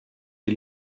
die